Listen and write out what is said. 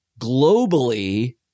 globally